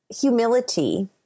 humility